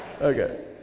Okay